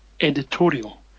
Editorial